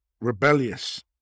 rebellious